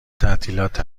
تعطیلات